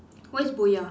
what is boya